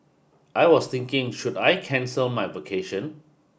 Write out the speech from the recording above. I was thinking should I cancel my vacation